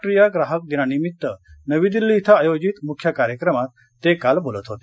राष्ट्रीय ग्राहक दिनानिमित्त नवी दिल्ली इथं आयोजित मुख्य कार्यक्रमात ते काल बोलत होते